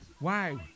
Wow